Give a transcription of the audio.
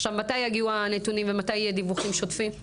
עכשיו מתי יגיעו הנתונים ומתי יהיה דיווחים שוטפים?